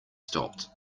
stopped